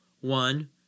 One